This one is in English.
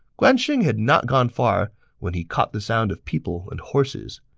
guan xing had not gone far when he caught the sound of people and horses.